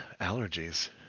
Allergies